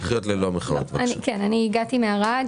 הגעתי מערד.